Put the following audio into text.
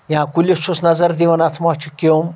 یا کُلِس چھُس نَظر دِوان اَتھ ما چھُ کیوٚم